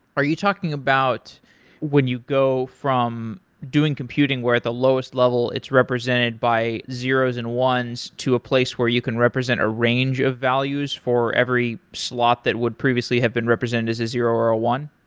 are you talking about when you go from doing computing where at the lowest level it's represented by zeroes and ones to a place where you can represent a range of values for every slot that would previously have been represented as a zero or a one?